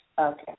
Okay